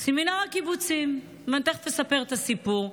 בסמינר הקיבוצים, ואני תכף אספר את הסיפור.